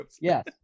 Yes